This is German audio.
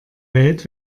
welt